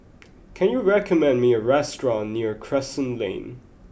can you recommend me a restaurant near Crescent Lane